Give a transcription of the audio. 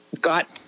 got